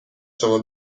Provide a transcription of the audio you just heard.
شما